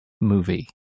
movie